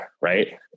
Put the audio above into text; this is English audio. right